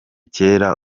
kera